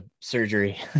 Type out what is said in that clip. surgery